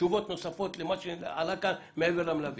תשובות נוספות למה שעלה כאן מעבר למלווה.